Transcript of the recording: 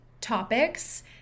topics